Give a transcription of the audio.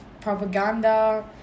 propaganda